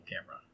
camera